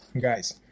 Guys